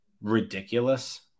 ridiculous